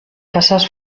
casas